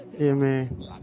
Amen